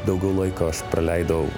daugiau laiko praleidau